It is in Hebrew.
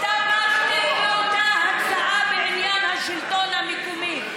תמכתם באותה הצעה בעניין השלטון המקומי.